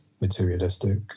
materialistic